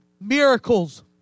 miracles